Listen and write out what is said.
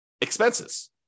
expenses